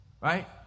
right